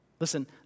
Listen